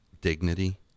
dignity